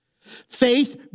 Faith